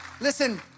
listen